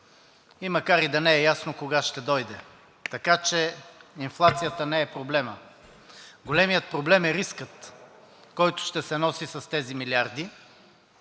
макар и да не е ясно кога ще дойде. Така че инфлацията не е проблемът. Големият проблем е рискът, който ще се носи с тези милиарди,